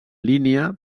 línia